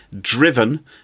driven